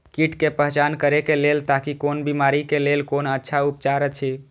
कीट के पहचान करे के लेल ताकि कोन बिमारी के लेल कोन अच्छा उपचार अछि?